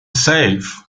save